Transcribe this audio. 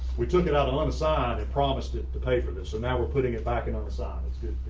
we took it out on on the side and promised it to pay for this and now we're putting it back in on the side. it's good,